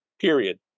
Period